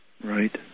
Right